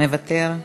מוותר,